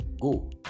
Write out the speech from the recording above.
Go